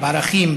בערכים,